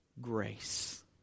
grace